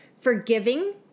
forgiving